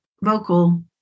vocal